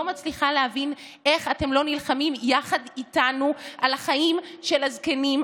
לא מצליחה להבין איך אתם לא נלחמים יחד איתנו על החיים של הזקנים,